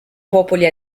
popoli